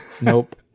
nope